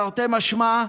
תרתי משמע,